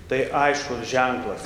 tai aiškus ženklas